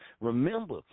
Remember